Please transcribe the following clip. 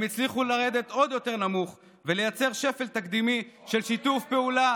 הם הצליחו לרדת עוד יותר נמוך ולייצר שפל תקדימי של שיתוף פעולה